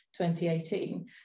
2018